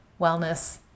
wellness